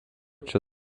čia